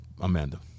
Amanda